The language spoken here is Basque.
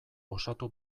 osatu